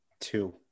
two